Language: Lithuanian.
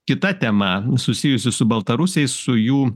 kita tema susijusi su baltarusiais su jų